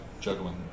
juggling